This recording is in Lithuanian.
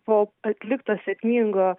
po atlikto sėkmingo